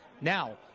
Now